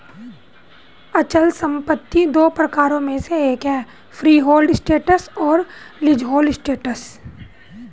अचल संपत्ति दो प्रकारों में से एक है फ्रीहोल्ड एसेट्स और लीजहोल्ड एसेट्स